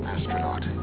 Astronaut